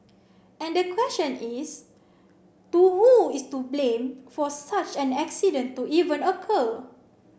and the question is to who is to blame for such an accident to even occur